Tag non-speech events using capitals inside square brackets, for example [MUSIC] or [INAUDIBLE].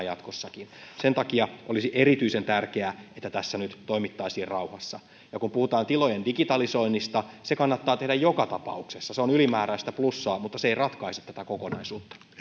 [UNINTELLIGIBLE] jatkossakin sen takia olisi erityisen tärkeää että tässä nyt toimittaisiin rauhassa ja kun puhutaan tilojen digitalisoinnista se kannattaa tehdä joka tapauksessa se on ylimääräistä plussaa mutta se ei ratkaise tätä kokonaisuutta